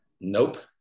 Nope